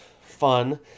fun